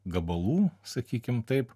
gabalų sakykim taip